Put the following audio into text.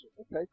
okay